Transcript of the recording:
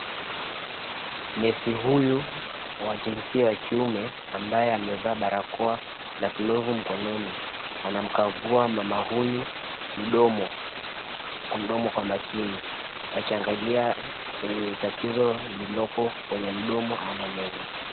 Nesi huyu wa jinsia ya kiume ambaye amevaa barakoa na glovu mkononi anamkagua mama huyu mdomo kwa makini, akiangalia tatizo liliko kwenye mdomo ama meno.